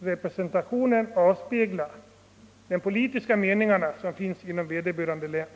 representationen avspegla de politiska meningar som finns inom vederbörande län.